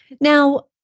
Now